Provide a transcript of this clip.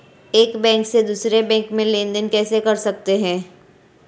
एक बैंक से दूसरे बैंक में लेनदेन कैसे कर सकते हैं?